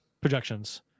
projections